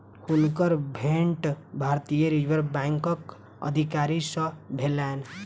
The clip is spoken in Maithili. हुनकर भेंट भारतीय रिज़र्व बैंकक अधिकारी सॅ भेलैन